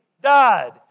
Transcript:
died